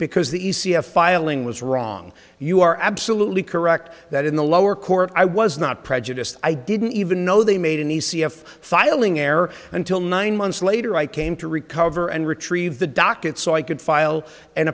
because the e c f filing was wrong you are absolutely correct that in the lower court i was not prejudiced i didn't even know they made an e c f filing error until nine months later i came to recover and retrieve the docket so i could file an